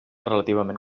relativament